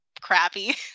crappy